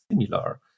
similar